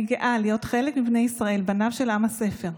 אני גאה להיות חלק מבני ישראל, בניו של עם הספר.